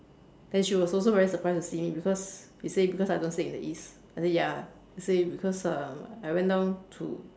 then she was also very surprised to see me because they say because I also don't stay in the east I say ya I say because um I went down to